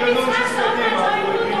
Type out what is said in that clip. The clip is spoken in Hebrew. מצרך שעוד מעט לא יראו,